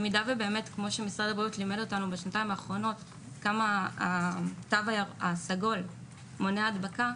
משרד הבריאות לימד אותנו בשנתיים האחרונות שהתו הסגול מונע הדבקה,